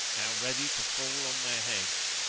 now ready to fall on their heads.